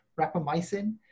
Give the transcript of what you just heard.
rapamycin